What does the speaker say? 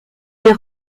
des